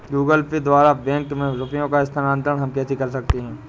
Google Pay द्वारा bank में रुपयों का स्थानांतरण हम कैसे कर सकते हैं?